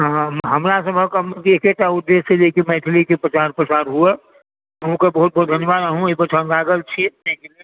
हमरासभक एकेटा उद्देश्य अछि जेकि मैथिलीके प्रचार प्रसार हुए अहूँकेँ बहुत बहुत धन्यवाद अहुँ एहि पाछाँ लागल छी